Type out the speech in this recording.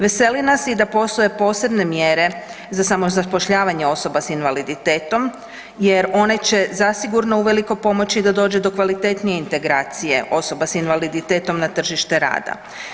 Veseli nas i da postoje posebne mjere za samozapošljavanje osoba s invaliditetom jer one će zasigurno uveliko pomoći da dođe do kvalitetnije integracije osoba s invaliditetom na tržište rada.